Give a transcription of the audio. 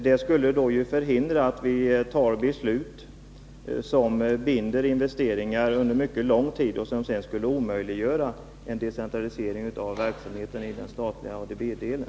Det skulle förhindra att vi fattar beslut, som binder investeringar under mycket lång tid och sedan omöjliggör en decentralisering av verksamheten i den statliga ADB-delen.